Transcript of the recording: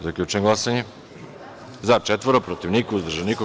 Zaključujem glasanje: za – pet, protiv – niko, uzdržan – niko.